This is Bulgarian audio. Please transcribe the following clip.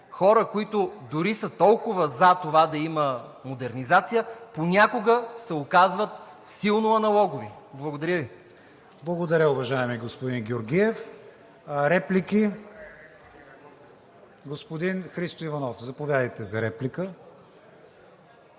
хора, които дори са толкова за това да има модернизация, понякога се оказват силно аналогови! Благодаря Ви. ПРЕДСЕДАТЕЛ КРИСТИАН ВИГЕНИН: Благодаря, уважаеми господин Георгиев. Реплики? Господин Христо Иванов, заповядайте за реплика.